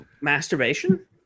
Masturbation